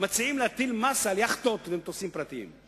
מציעים להטיל מס על יאכטות ומטוסים פרטיים.